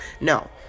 no